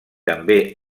també